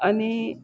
અને